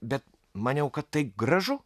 bet maniau kad tai gražu